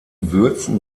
würzen